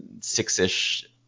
six-ish